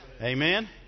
Amen